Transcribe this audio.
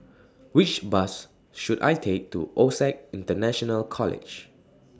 Which Bus should I Take to OSAC International College